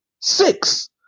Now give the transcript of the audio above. Six